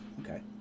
okay